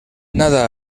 nada